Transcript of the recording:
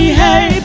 hey